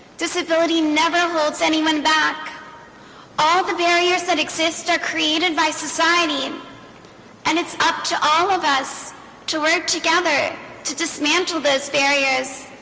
disability never holds anyone back all the barriers that exist are created by society um and it's up to all of us to work together to dismantle those barriers